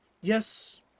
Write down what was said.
Yes